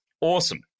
Awesome